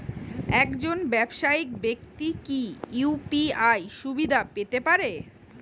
একজন ব্যাবসায়িক ব্যাক্তি কি ইউ.পি.আই সুবিধা পেতে পারে?